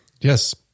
yes